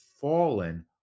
fallen